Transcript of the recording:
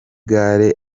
gare